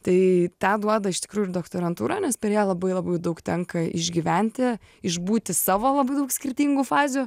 tai tą duoda iš tikrųjų ir doktorantūra nes per ją labai labai daug tenka išgyventi išbūti savo labai daug skirtingų fazių